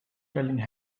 trailing